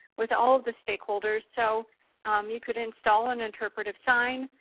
with all the stakeholders. so you could install an interpretive sign.